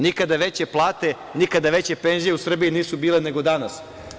Nikada veće plate, nikada veće penzije u Srbiji nisu bile nego danas.